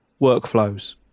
workflows